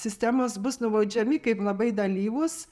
sistemos bus nubaudžiami kaip labai dalyvus